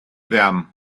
them